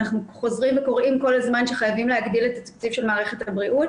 אנחנו חוזרים וקוראים כל הזמן שחייבים להגדיל את התקציב של מערכת הבריאות